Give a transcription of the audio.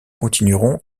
continueront